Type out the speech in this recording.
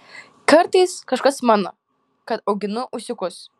kartais kažkas mano kad auginu ūsiukus